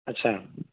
ଆଚ୍ଛା